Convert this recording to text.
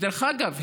ודרך אגב,